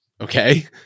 Okay